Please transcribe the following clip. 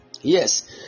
Yes